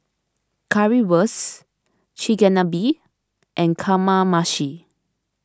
Currywurst Chigenabe and Kamameshi